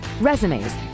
resumes